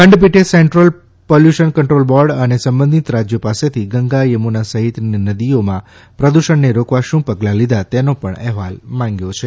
ખંડપીઠે central pollution control board અને સંબંધિત રાજ્યો પાસેથી ગંગા થમુના સહિતની નદીઓમાં પ્રદૃષણને રોકવા શું પગલાં લીધા તેનો પણ અહેવાલ માંગ્યો છે